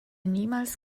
niemals